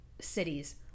cities